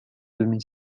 demi